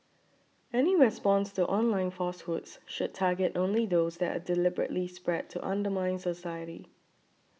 any response to online falsehoods should target only those that are deliberately spread to undermine society